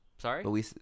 Sorry